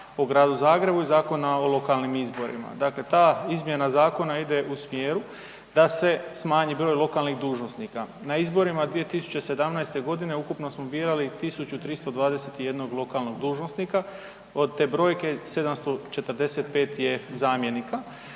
o gradu Zagrebu i Zakona o lokalnim izborima. Dakle, ta izmjena zakona ide u smjeru da se smanji broj lokalnih dužnosnika. Na izborima 2017. g. ukupno smo birali 1321 lokalnog dužnosnika, od te brojke, 745 je zamjenika.